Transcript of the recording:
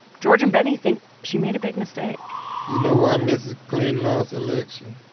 george and bennie think she made a big mistake you know, why mrs. clinton lost the election?